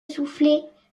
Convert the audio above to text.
soufflet